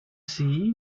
see